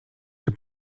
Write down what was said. czy